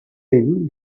been